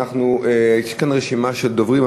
יש כאן רשימה של דוברים,